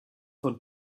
von